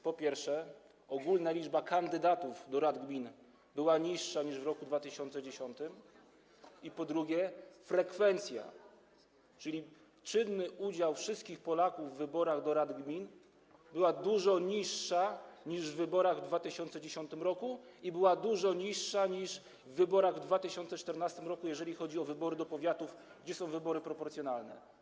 Po pierwsze, ogólna liczba kandydatów do rad gmin była niższa niż w roku 2010, po drugie, frekwencja, czyli czynny udział Polaków w wyborach do rad gmin, była dużo niższa niż w wyborach w 2010 r. i dużo niższa niż w wyborach w 2014 r., jeżeli chodzi o wybory do rad powiatów, w przypadku których są wybory proporcjonalne.